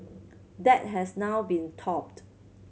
that has now been topped